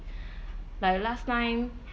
like last time